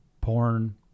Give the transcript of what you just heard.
Porn